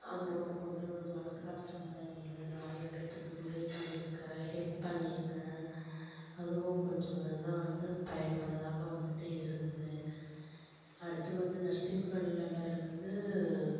அது ரொம்ப வந்து மனது கஷ்டமா இருந்தது நிறைய பேத்துக்கு உதவி பண்ணியிருக்கேன் ஹெல்ப் பண்ணியிருக்கேன் அதுவும் கொஞ்சம் எல்லாம் வந்து பயனுள்ளதாக வந்துட்டு இருந்தது அடுத்து வந்து நர்சிங் ஃபீல்டில் இருந்து